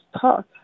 talk